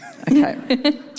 Okay